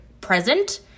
present